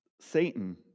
Satan